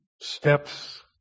steps